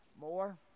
more